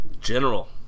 General